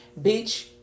bitch